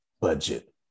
budget